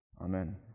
Amen